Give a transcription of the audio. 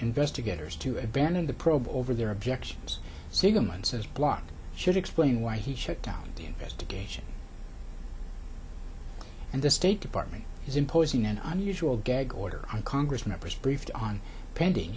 investigators to abandon the probe over their objections siegelman says block should explain why he shut down the investigation and the state department is imposing an unusual gag order on congress members briefed on pending